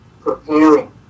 preparing